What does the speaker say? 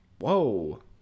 Whoa